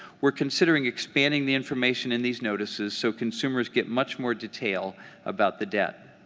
we are considering expanding the information in these notices so consumers get much more detail about the debt.